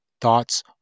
Thoughts